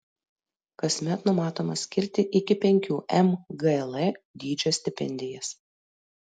kasmet numatoma skirti iki penkių mgl dydžio stipendijas